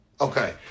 okay